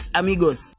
amigos